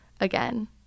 again